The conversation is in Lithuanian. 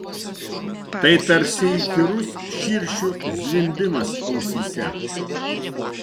tai tarsi įkyrus širšių zvimbimas ausyse